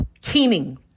keening